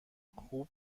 خوب